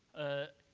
a